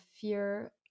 fear